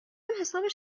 حساب